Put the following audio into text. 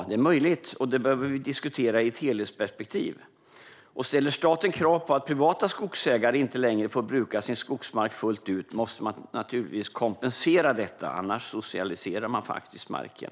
Det är möjligt, och det behöver vi diskutera i ett helhetsperspektiv. Ställer staten krav på att privata skogsägare inte längre får bruka sin skogsmark fullt ut måste man naturligtvis kompensera detta, annars socialiserar man faktiskt marken.